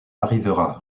arrivera